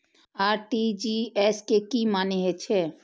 RTGS के की मानें हे छे?